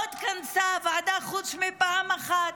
הוועדה לא התכנסה מלבד פעם אחת.